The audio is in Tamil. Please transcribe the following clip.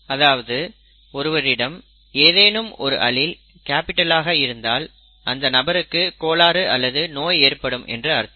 அதாவது ஒருவரிடம் ஏதேனும் ஒரு அலீல் கேப்பிட்டல் ஆக இருந்தால் அந்த நபருக்கு கோளாறு அல்லது நோய் ஏற்படும் என்று அர்த்தம்